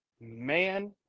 man